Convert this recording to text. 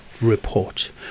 report